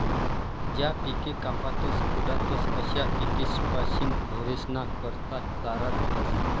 ज्या पिके कापातस खुडातस अशा पिकेस्पाशीन ढोरेस्ना करता चारा भेटस